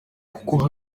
kuko